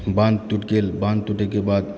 बांध टूटि गेल बांध टूटैके बाद